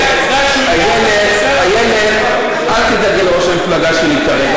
איילת, אל תדאגי לראש המפלגה שלי כרגע.